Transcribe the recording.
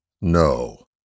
no